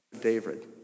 David